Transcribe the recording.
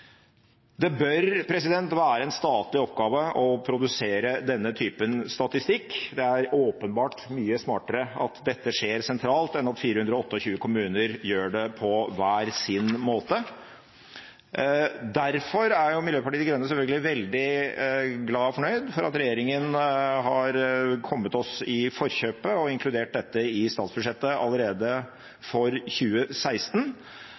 Det bør være en statlig oppgave å produsere denne typen statistikk. Det er åpenbart mye smartere at dette skjer sentralt enn at 428 kommuner gjør det på hver sin måte. Derfor er Miljøpartiet De Grønne selvfølgelig veldig glad for og fornøyd med at regjeringen har kommet oss i forkjøpet og inkludert dette i statsbudsjettet